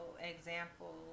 example